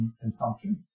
consumption